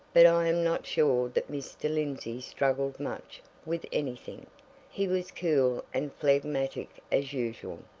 but i am not sure that mr. lindsey struggled much with anything he was cool and phlegmatic as usual,